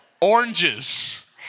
oranges